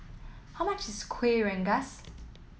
how much is Kuih Rengas